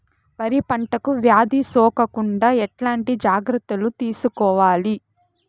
వరి పంటకు వ్యాధి సోకకుండా ఎట్లాంటి జాగ్రత్తలు తీసుకోవాలి?